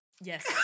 Yes